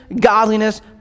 godliness